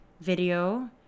video